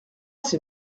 c’est